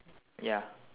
ya